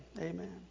amen